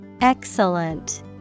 Excellent